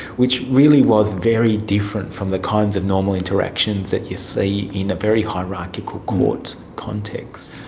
which really was very different from the kinds of normal interactions that you see in a very hierarchical court context.